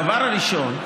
הדבר הראשון,